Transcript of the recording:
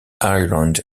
ireland